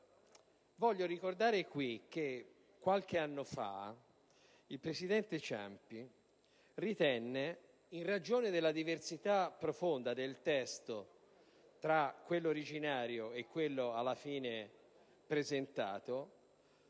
voglio ricordare qui che qualche anno fa il presidente Ciampi ritenne, in ragione della diversità profonda tra il testo originariamente presentato e quello alla fine pervenuto,